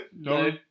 No